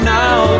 now